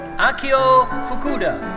akio fukuda.